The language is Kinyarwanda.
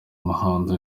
umuhanzi